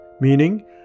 Meaning